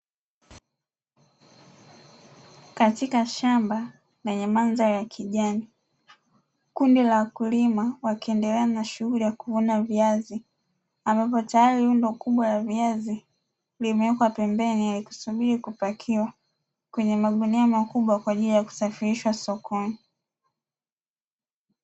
Katika shamba lenye mandhari ya kijani, kundi la wakulima wakiendelea na shughuli ya kuvuna viazi ambapo tayari lundo kubwa la viazi limeekwa pembeni yakisubiri kupakiwa kwenye magunia makubwa kwa ajili ya kusafirishwa sokoni.